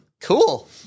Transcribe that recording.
Cool